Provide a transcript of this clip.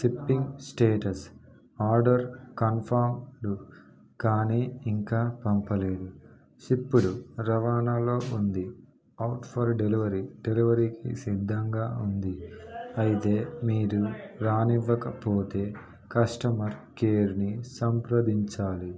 shipping status order confirmed కానీ ఇంకా పంపలేదు షిప్పుడు రవాణాలో ఉంది అవుట్ ఫర్ డెలివరీ డెలివరీకి సిద్ధంగా ఉంది అయితే మీరు రానివ్వకపోతే కస్టమర్ కేర్ని సంప్రదించాలి